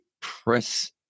press